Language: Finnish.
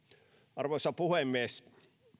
arvoisa puhemies